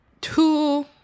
two